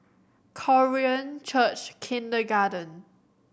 Korean Church Kindergarten